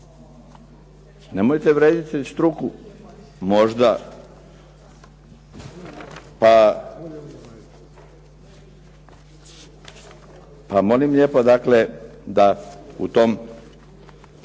Nemojte vrijeđati struku, možda pa molim lijepo dakle